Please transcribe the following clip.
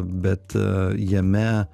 bet jame